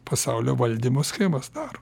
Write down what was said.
pasaulio valdymo schemas daro